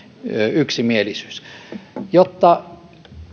yksimielisyys jotta